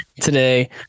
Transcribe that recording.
today